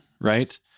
right